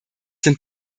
sind